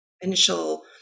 initial